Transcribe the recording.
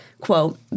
quote